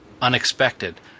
unexpected